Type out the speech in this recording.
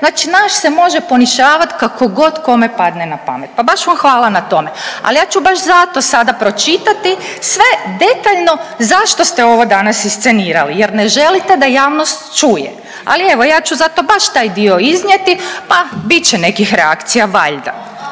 Znači nas se može ponižavati kako god kome padne na pamet, pa baš vam hvala na tome. Ali ja ću baš zato pročitati sve detaljno zašto ste ovo danas iscenirali jer ne želite da javnost čuje, ali evo ja ću baš taj dio iznijeti, pa bit će nekih reakcija valjda.